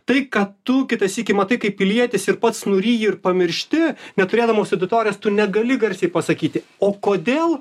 tai ką tu kitą sykį matai kaip pilietis ir pats nuryji ir pamiršti neturėdamos auditorijos tu negali garsiai pasakyti o kodėl